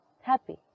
happy